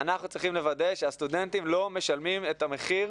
אנחנו צריכים לוודא שהסטודנטים לא משלמים את המחיר